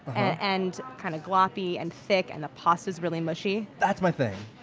and kind of gloppy and thick, and the pasta's really mushy that's my thing!